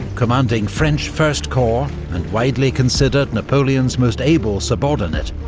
commanding french first corps, and widely considered napoleon's most able subordinate,